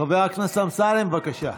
חבר הכנסת אמסלם, בבקשה.